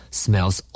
smells